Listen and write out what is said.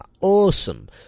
awesome